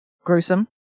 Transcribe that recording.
gruesome